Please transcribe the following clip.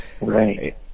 Right